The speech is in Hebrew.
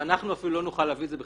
ואנחנו לא נוכל להביא את זה בחשבון?